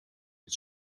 het